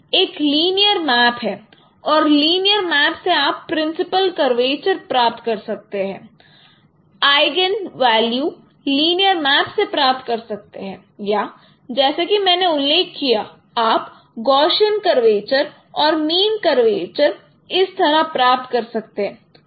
तो यह एक लीनियर मैप है और लीनियर मैप से आप प्रिंसिपल कर्वेचर प्राप्त कर सकते हैं आइगेन वेल्यू लीनियर मैप से प्राप्त कर सकते हैं या जैसे कि मैंने उल्लेख किया आप गौशियन कर्वेचर और मीन कर्वेचर इस तरह प्राप्त कर सकते हैं